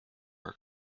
are